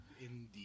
Indeed